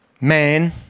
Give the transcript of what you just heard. man